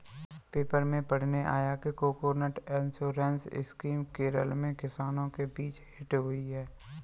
paper में पढ़ने आया कि कोकोनट इंश्योरेंस स्कीम केरल में किसानों के बीच हिट हुई है